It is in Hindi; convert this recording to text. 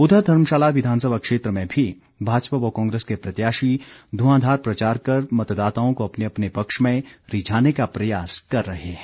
उधर धर्मशाला विधानसभा क्षेत्र में भी भाजपा व कांग्रेस के प्रत्याशी धुंआधार प्रचार कर मतदाताओं को अपने अपने पक्ष में रिझाने का प्रयास कर रहे हैं